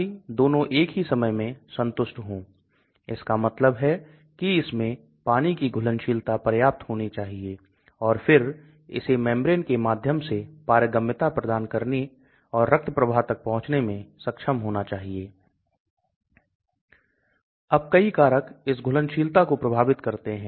तो यह आंतों में अवशोषण को निर्धारित करता है तो यदि दवा घुलनशील नहीं है तो यह एक ठोस के रूप में रहती है तो यह GI tract के माध्यम से effluxed out हो जाती है और यह मौखिक बायोअवेलेबिलिटी को भी निर्धारित करती है क्योंकि जो कुछ भी अंदर जाता है उसको दूसरी तरफ टारगेट साइट पर आना होता है तो इसलिए मौखिक बायोअवेलेबिलिटी दवा की घुलनशीलता से निर्धारित होती है